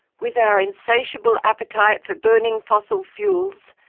with our insatiable appetite for burning fossil fuels,